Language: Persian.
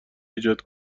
ایجاد